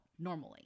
normally